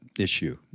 issue